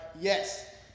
yes